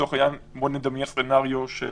לצורך העניין, נדמיין סצנריו של